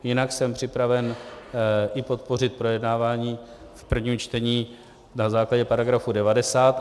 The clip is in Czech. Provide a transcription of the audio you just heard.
Jinak jsem připraven i podpořit projednávání v prvním čtení na základě § 90.